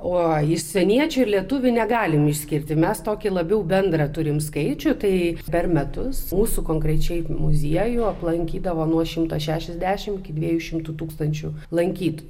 oi užsieniečių ir lietuvių negalim išskirti mes tokį labiau bendrą turime skaičių tai per metus mūsų konkrečiai muziejų aplankydavo nuo šimto šešiadešimt iki dviejų šimtų tūkstančių lankytojų